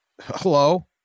hello